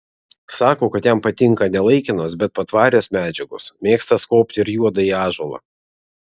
sako kad jam patinka ne laikinos bet patvarios medžiagos mėgsta skobti ir juodąjį ąžuolą